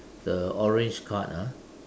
the orange card ah